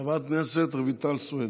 חברת הכנסת רויטל סויד.